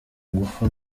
ngufu